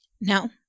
No